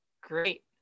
Great